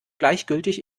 gleichgültig